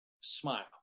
smile